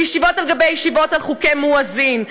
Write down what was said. וישיבות על גבי ישיבות על חוקי מואזין,